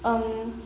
um